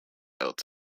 else